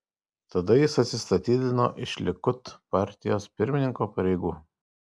tada jis atsistatydino iš likud partijos pirmininko pareigų